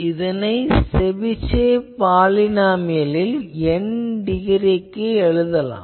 இதனை செபிஷேவ் பாலினாமியலில் N டிகிரிக்கு எழுதலாம்